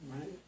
right